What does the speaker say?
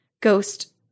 ghost